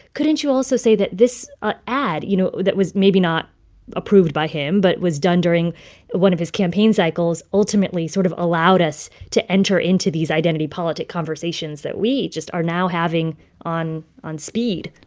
couldn't you also say that this ah ad, you know, that was maybe not approved by him but was done during one of his campaign cycles, ultimately sort of allowed us to enter into these identity politic conversations that we just are now having on on speed?